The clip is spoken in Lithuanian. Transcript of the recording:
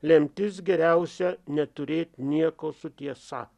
lemtis geriausia neturėt nieko su tiesa